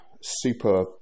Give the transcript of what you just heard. super